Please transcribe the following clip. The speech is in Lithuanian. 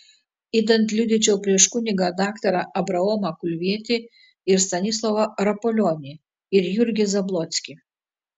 idant liudyčiau prieš kunigą daktarą abraomą kulvietį ir stanislovą rapolionį ir jurgį zablockį